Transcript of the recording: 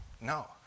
No